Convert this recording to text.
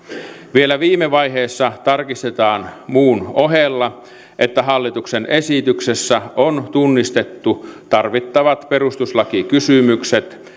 vielä viime vaiheessa tarkistetaan muun ohella että hallituksen esityksessä on tunnistettu tarvittavat perustuslakikysymykset